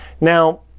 now